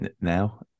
now